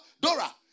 Dora